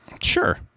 Sure